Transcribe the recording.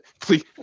Please